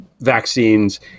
vaccines